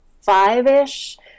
five-ish